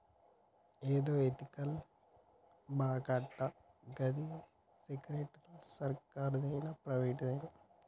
ఏందో ఎతికల్ బాంకటా, గిది సెంట్రల్ సర్కారుదేనా, ప్రైవేటుదా